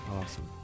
Awesome